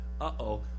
uh-oh